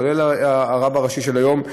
כולל הרב הראשי של היום,